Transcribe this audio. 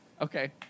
Okay